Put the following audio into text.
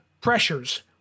pressures